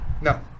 No